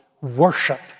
worship